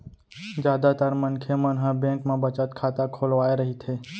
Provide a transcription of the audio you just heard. जादातर मनखे मन ह बेंक म बचत खाता खोलवाए रहिथे